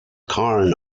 cairn